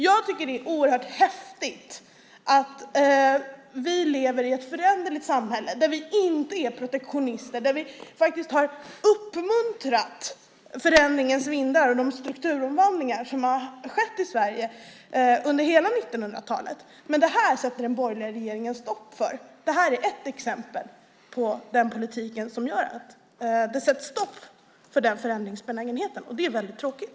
Jag tycker att det är oerhört häftigt att vi lever i ett föränderligt samhälle där vi inte är protektionister, där vi faktiskt har uppmuntrat förändringens vindar och de strukturomvandlingar som har skett i Sverige under hela 1900-talet. Men det här sätter den borgerliga regeringen stopp för. Det här är ett exempel på den politik som gör att det sätts stopp för den förändringsbenägenheten. Det är väldigt tråkigt.